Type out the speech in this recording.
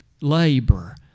labor